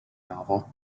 novel